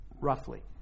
roughly